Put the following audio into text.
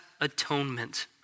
atonement